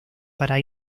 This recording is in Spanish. para